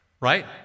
Right